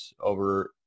over